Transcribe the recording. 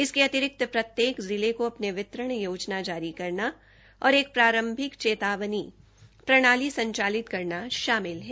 इसके अतिरिक्त प्रत्येक जिले को अपनी वितरण योजना जारी करना और एक प्रारंभिक चेतावनी प्रणाली संचालित करना शामिल है